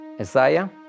Isaiah